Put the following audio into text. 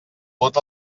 vot